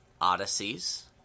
Odysseys